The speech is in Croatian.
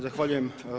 Zahvaljujem.